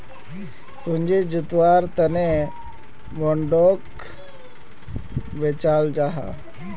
पूँजी जुत्वार तने बोंडोक बेचाल जाहा